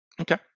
Okay